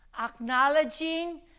acknowledging